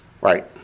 Right